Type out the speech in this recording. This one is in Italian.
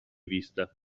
vista